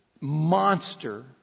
monster